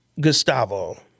Gustavo